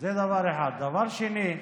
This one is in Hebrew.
דבר שני,